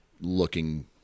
looking